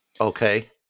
Okay